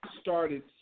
started